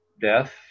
death